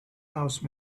house